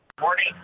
morning